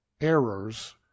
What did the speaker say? errors